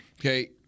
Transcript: Okay